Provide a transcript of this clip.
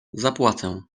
zapłacę